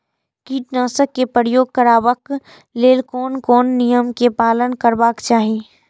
कीटनाशक क प्रयोग करबाक लेल कोन कोन नियम के पालन करबाक चाही?